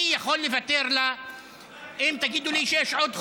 אני יכול לוותר לה אם תגידו לי שיש עוד חוק.